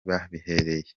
bahibereye